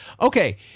okay